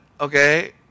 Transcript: okay